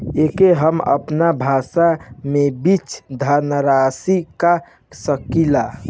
एके हम आपन भाषा मे बीज धनराशि कह सकीला